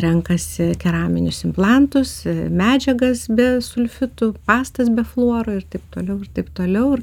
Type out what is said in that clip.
renkasi keraminius implantus medžiagas be sulfitų pastas be fluoro ir taip toliau ir taip toliau